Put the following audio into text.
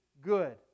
good